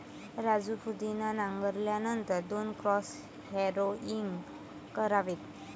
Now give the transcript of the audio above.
राजू पुदिना नांगरल्यानंतर दोन क्रॉस हॅरोइंग करावेत